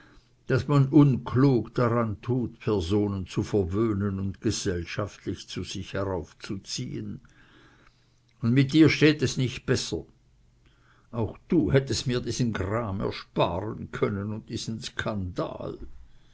daß man unklug daran tut personen zu verwöhnen und gesellschaftlich zu sich heraufzuziehen und mit dir steht es nicht besser auch du hättest mir diesen gram ersparen können und diesen skandal